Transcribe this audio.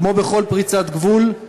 כמו בכל פריצת גבול,